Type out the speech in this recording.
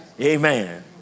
Amen